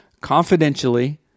confidentially